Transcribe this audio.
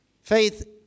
Faith